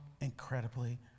incredibly